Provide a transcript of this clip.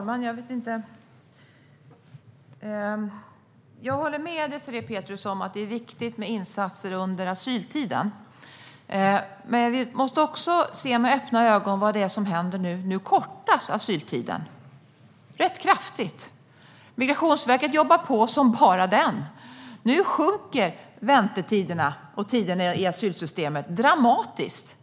Herr talman! Jag håller med Désirée Pethrus om att det är viktigt med insatser under asyltiden. Men vi måste också se med öppna ögon vad det är som händer. Nu kortas asyltiden rätt kraftigt. Migrationsverket jobbar på som bara den, och väntetiderna och tiderna i asylsystemet minskar dramatiskt.